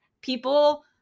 people